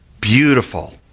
beautiful